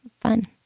fun